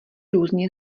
různě